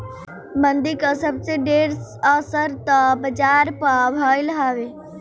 बंदी कअ सबसे ढेर असर तअ बाजार पअ भईल हवे